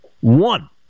one